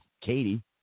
Katie